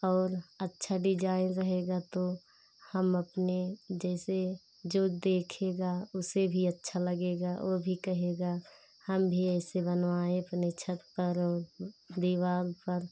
और अच्छा डिजाईन रहेगा तो हम अपने जैसे जो देखेगा उसे भी अच्छा लगेगा वो भी कहेगा हम भी ऐसे बनवाए अपने छत पर और दीवार पर